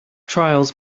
trials